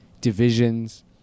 divisions